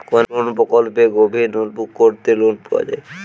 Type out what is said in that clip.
কোন প্রকল্পে গভির নলকুপ করতে লোন পাওয়া য়ায়?